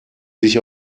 sich